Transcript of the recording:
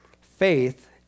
Faith